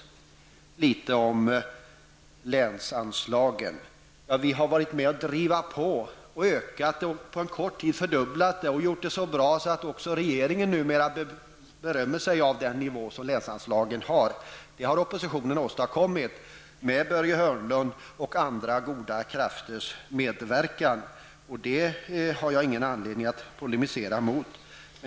Slutligen litet om länsanslagen: Vi har varit med om att driva på frågan, ökat och på en kort tid fördubblat länsanslagen och gjort dem så bra att också regeringen numera berömmer sig av den nivå som länsanslagen har. Det har oppositionen åstadkommit med Börje Hörnlunds och andra goda krafters medverkan. Där har jag ingen anledning att polemisera.